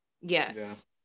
Yes